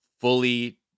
fully